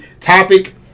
topic